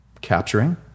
capturing